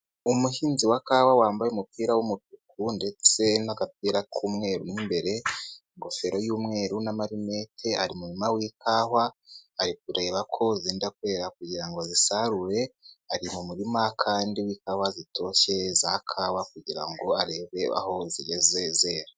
Umuhinzi wa kawa wambaye umupira w'umutuku ndetse n'agapira k'umweru imbere, ingofero y'umweru n'amarinete, ari mu murima w'ikawa, ari kureba ko zenda kwera kugira ngo azisarure, ari mu murima kandi w'ikawa zitoshye, za kawa kugira ngo arebe aho zigeze zera.